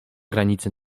granicy